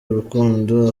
urukundo